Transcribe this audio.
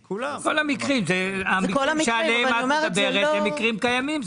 שכל המקרים שעליהם את מדברת הם מקרים קיימים.